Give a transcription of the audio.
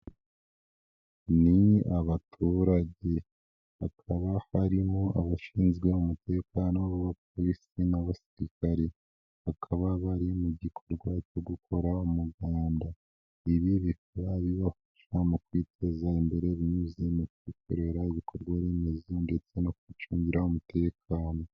Ni abaturage hakaba harimo abashinzwe umutekano b'abapolisi n'abasirikari, bakaba bari mu gikorwa cyo gukora muganda. Ibi bikabibafasha mu kwiteza imbere binyuze mu kwikorera ibikorwa remezo, ndetse no kwicungira umutekano.